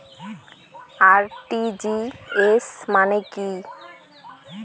RTGS মানে কি?